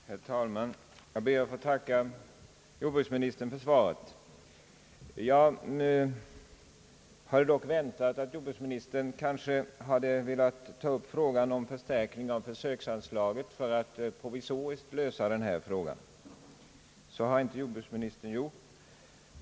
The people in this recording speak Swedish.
Herr talman! Jag ber att få tacka jordbruksministern för svaret. Jag hade dock väntat att jordbruksministern skulle ha velat ta upp frågan om förstärkning av försöksanslaget för att provisoriskt lösa denna fråga. Det har inte jordbruksministern gjort.